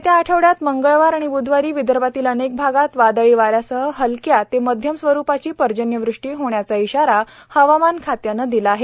येत्या आठवड्यात मंगळवार आणि ब्धवारी विदर्भातील अनेक भागात वादळी वाऱ्यासह हलक्या ते माध्यम स्वरूपाची पर्जन्यवृष्टी होण्याचा इशारा हवामान खात्यानं दिला आहे